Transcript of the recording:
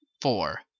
four